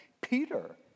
Peter